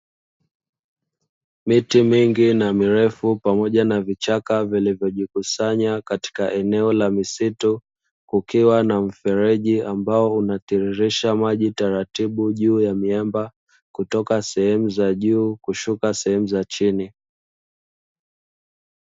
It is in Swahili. Miti mingi na mirefu pamoja na vichaka vilivyojikusanya katika eneo la misitu, kukiwa na mfereji ambao unatiririsha maji taratibu juu ya miamba kutoka sehemu za juu kushuka sehemu za chini.